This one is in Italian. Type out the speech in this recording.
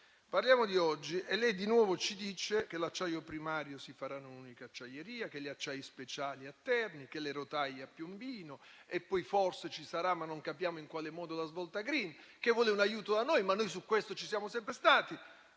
Parliamo di oggi. Lei di nuovo ci dice che l'acciaio primario si farà in un'unica acciaieria, che gli acciai speciali si faranno a Terni e le rotaie a Piombino, che poi forse ci sarà la svolta *green*, ma non capiamo in quale modo, e che vuole un aiuto da noi (ma noi su questo ci siamo sempre stati).